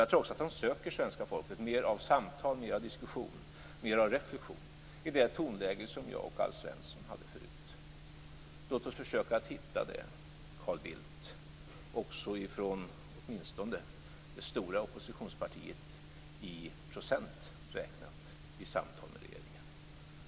Jag tror också att svenska folket söker mer av samtal, mer av diskussion och mer av reflexion i det tonläge som jag och Alf Svensson hade förut. Låt oss försöka att hitta det, Carl Bildt, också från det stora oppositionspartiet i procent räknat i samtal med regeringen.